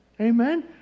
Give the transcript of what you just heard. Amen